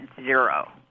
zero